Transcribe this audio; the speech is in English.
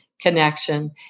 connection